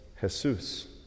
Jesus